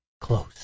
close